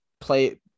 Play